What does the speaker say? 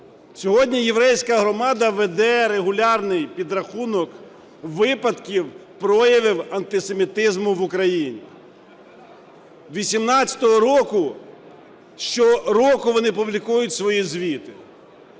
Сьогодні єврейська громада веде регулярний підрахунок випадків проявів антисемітизму в Україні. З 18-го року щороку вони публікують свої звіти.